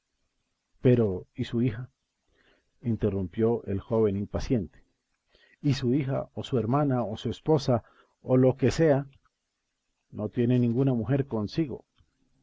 pero y su hija interrumpió el joven impaciente y su hija o su hermana o su esposa o lo que sea no tiene ninguna mujer consigo